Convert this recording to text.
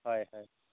হয় হয়